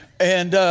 and, ah,